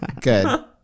Good